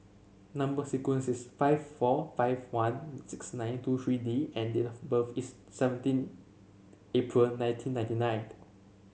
number sequence is five four five one six nine two three D and date of birth is seventeen April nineteen ninety nine